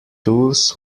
tools